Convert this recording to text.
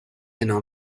نام